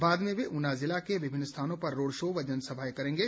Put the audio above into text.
बाद में वे ऊना जिल के विभिन्न स्थानों पर रोड शो व जनसभाए करेंगे